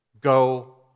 go